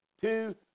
two